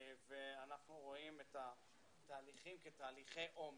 ואנחנו רואים את התהליכים כתהליכי עומק.